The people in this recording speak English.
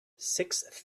six